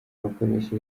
bakoresha